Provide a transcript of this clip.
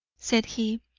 said he.